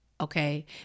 okay